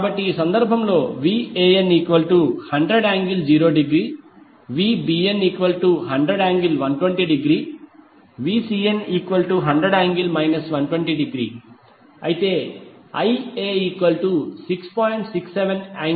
కాబట్టి ఈ సందర్భంలో మనకు VAN100∠0°VBN100∠120°VCN100∠ 120° అయితేIa6